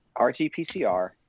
RT-PCR